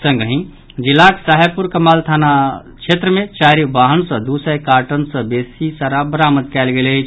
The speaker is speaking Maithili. संगहि जिलाक साहेबपुर कमाल थाना क्षेत्र मे चारि वाहन सॅ दू सय कार्टन सॅ बेसी शराब बरामद कयल गेल अछि